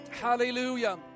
Hallelujah